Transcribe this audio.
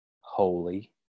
holy